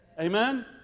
Amen